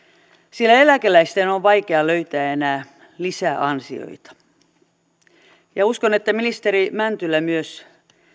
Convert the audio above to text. sillä eläkeläisten on vaikea löytää enää lisää ansioita uskon että ministeri mäntylä myös